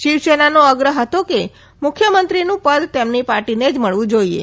શિવસેનાનો આગ્રહ હતો કે મુખ્યમંત્રીનું પદ તેમની પાર્ટીને જ મળવું જોઈએ